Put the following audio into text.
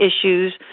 issues